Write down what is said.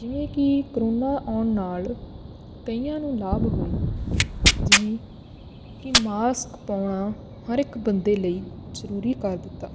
ਜਿਵੇਂ ਕਿ ਕਰੋਨਾ ਆਉਣ ਨਾਲ ਕਈਆਂ ਨੂੰ ਲਾਭ ਹੋਏ ਜਿਵੇਂ ਕਿ ਮਾਸਕ ਪਾਉਣਾ ਹਰ ਇੱਕ ਬੰਦੇ ਲਈ ਜ਼ਰੂਰੀ ਕਰ ਦਿੱਤਾ